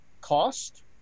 cost